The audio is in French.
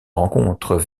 rencontre